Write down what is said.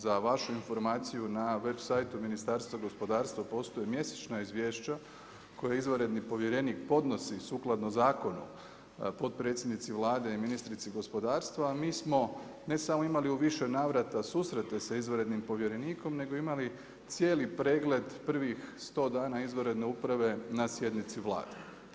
Za vašu informaciju na web situ Ministarstva gospodarstva postoje mjesečna izvješća koja izvanredni povjerenik podnosi sukladno zakonu potpredsjednici Vlade i ministrici gospodarstva, a mi smo ne samo imali u više navrata susrete sa izvanrednim povjerenikom nego imali cijeli pregled prvih 100 dana izvanredne uprave na sjednici Vlade.